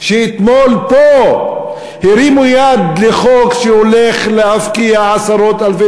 שאתמול פה הרימו יד לחוק שהולך להפקיע עשרות-אלפי